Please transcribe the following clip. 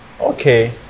Okay